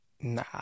Nah